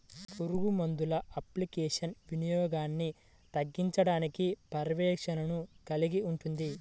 పురుగుమందుల అప్లికేషన్ల వినియోగాన్ని తగ్గించడానికి పర్యవేక్షణను కలిగి ఉంటుంది